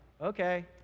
okay